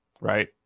right